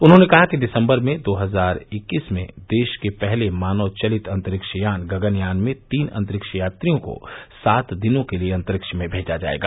उन्होंने कहा कि दिसम्बर दो हजार इक्कीस में देश के पहले मानवचलित अंतरिक्षयान गगनयान में तीन अंतरिक्ष यात्रियों को सात दिनों के लिए अंतरिक्ष में भेजा जाएगा